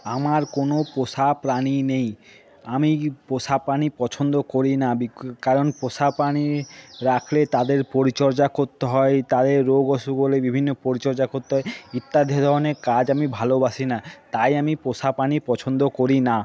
আমার কোনো পোষা প্রাণী নেই আমি পোষা প্রাণী পছন্দ করি না বিকি কারণ পোষা প্রাণী রাখলে তাদের পরিচর্যা করতে হয় তাদের রোগ অসুখ হলে বিভিন্ন পরিচর্যা করতে হয় ইত্যাদি ধরনের কাজ আমি ভালোবাসি না তাই আমি পোষা প্রাণী পছন্দ করি না